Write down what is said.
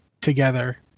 together